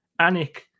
Anik